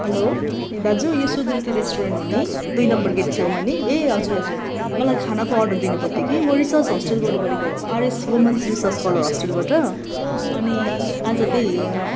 hello ए दाजु यो सुदृति रेस्टुरेन्ट हो नि दुई नम्बर गेट छेउमा नि यही हजुर हजुर मलाई खानाको अर्डर दिनु पर्थ्यो कि म रिसर्च हस्टेलबाट बोलेको आरएस वुमन्स रिसर्च स्कलर हस्टेलबाट अनि आज त्यहीँ